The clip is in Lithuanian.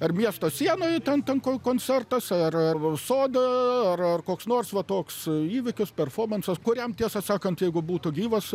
ar miesto sienoj ten ten kon koncertas ar sode ar ar koks nors va toks įvykis performansas kuriam tiesą sakant jeigu būtų gyvas